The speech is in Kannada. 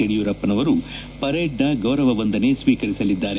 ಯಡಿಯೂರಪ್ಪರವರು ಪರೆಡ್ನ ಗೌರವ ವಂದನೆ ಸ್ವೀಕರಿಸಲಿದ್ದಾರೆ